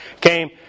came